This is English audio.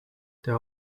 there